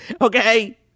okay